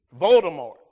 Voldemort